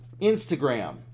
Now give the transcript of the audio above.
Instagram